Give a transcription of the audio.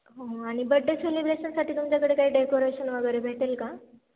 हो आणि बड्डे सेलिब्रेशनसाठी तुमच्याकडे काही डेकोरेशन वगैरे भेटेल का